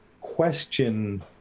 question